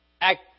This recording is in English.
act